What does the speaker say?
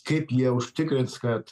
kaip jie užtikrins kad